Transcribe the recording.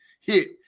hit